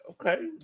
Okay